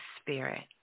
spirit